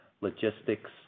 logistics